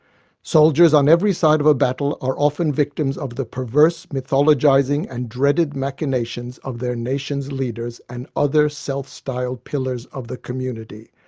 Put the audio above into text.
soldiers on every side of a battle are often victims of the perverse mythologizing and dreaded machinations of their nation's leaders and other self-styled pillars of the community.